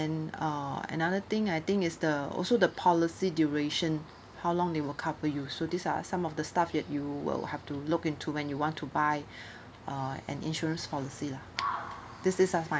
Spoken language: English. uh another thing I think is the also the policy duration how long they will cover you so these are some of the stuff that you will have to look into when you want to buy uh an insurance policy lah these these are mine